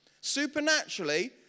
supernaturally